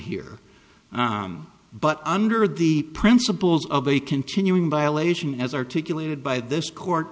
here but under the principles of a continuing violation as articulated by this court